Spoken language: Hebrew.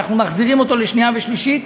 ואנחנו מחזירים אותו לשנייה ושלישית.